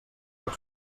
pot